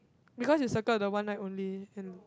because you circle the one night only and